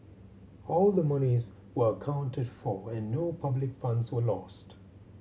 all the monies were accounted for and no public funds were lost